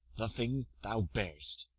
the thing thou bear'st.